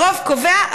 הרוב קובע,